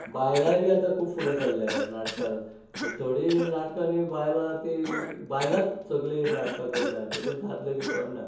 बायलांय बी आतां खूब फुडें सरल्यांत नाटकांत थोडीं नाटकांनी बायलां तीं बायलांच सगळीं नाटकां करतात तातूंत दादले बी कोण ना